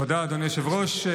תודה, אדוני היושב-ראש.